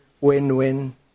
win-win